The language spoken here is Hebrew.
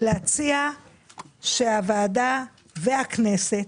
שהוועדה והכנסת